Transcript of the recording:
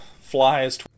flies